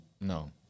no